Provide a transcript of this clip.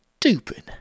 stupid